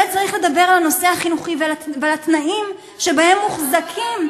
צריך לדבר על הנושא החינוכי והתנאים שבהם הם מוחזקים.